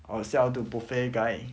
or sell to buffet guy